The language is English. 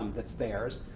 that's theirs.